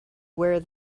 where